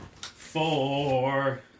four